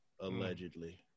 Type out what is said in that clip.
Allegedly